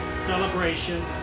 celebration